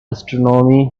astronomy